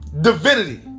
divinity